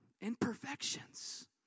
Imperfections